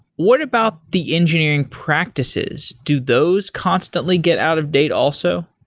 what about the engineering practices? do those constantly get out of date also?